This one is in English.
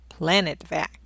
PlanetVac